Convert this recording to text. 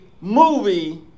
movie